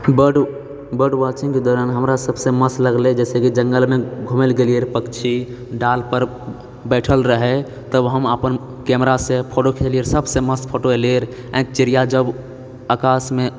bird bird वाचिङ्गके दौरान हमरा सबसँ मस्त लगलै जैसेकी जङ्गलमे घुमैला गेलियैरऽ पक्षी डाल पर बैठल रहै तब हम अपन कैमरासँ फोटो खिचलियैरऽ सबसँ मस्त फोटो एलैरऽ आ चिड़िया जब आकाशमे